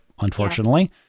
unfortunately